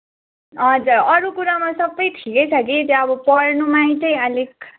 हजुर अरू कुरामा सबै ठिकै छ कि त्यो अब पढ्नुमै चाहिँ अलिक